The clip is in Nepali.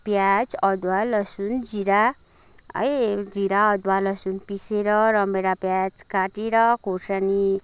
जस्तो प्याज अदुवा लसुन जिरा है जिरा अदुवा लसुन पिसेर रामभेँडा प्याज काटेर खोर्सानी काटेर